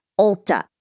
Ulta